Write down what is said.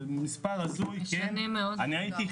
נעבור לשמוע את משרדי הממשלה, נשמע את נציג